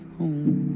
home